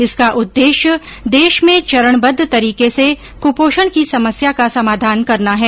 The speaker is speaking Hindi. इसका उद्देश्य देश में चरणबद्व तरीके से कपोषण की समस्या का समाधान करना है